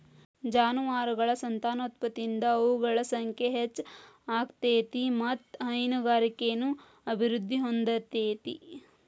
ಜಾನುವಾರಗಳ ಸಂತಾನೋತ್ಪತ್ತಿಯಿಂದ ಅವುಗಳ ಸಂಖ್ಯೆ ಹೆಚ್ಚ ಆಗ್ತೇತಿ ಮತ್ತ್ ಹೈನುಗಾರಿಕೆನು ಅಭಿವೃದ್ಧಿ ಹೊಂದತೇತಿ